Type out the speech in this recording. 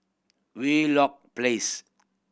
Wheelock Place